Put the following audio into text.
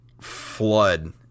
flood